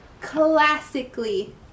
classically